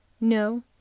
no